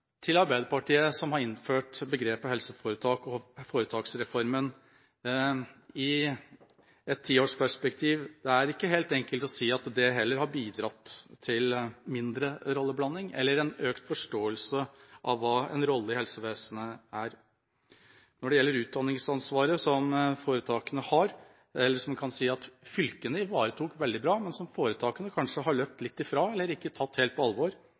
Til Arbeiderpartiet, som har innført begrepet helseforetak og foretaksreformen. Sett i et tiårsperspektiv, det er ikke helt enkelt å si at det heller har bidratt til mindre rolleblanding eller en økt forståelse av hva en rolle i helsevesenet er. Når det gjelder utdanningsansvaret som foretakene har, et ansvar som fylkene ivaretok veldig bra, har foretakene kanskje løpt litt fra det, eller ikke tatt det helt på alvor,